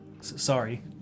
Sorry